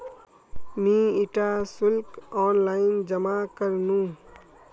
मी इटा शुल्क ऑनलाइन जमा करनु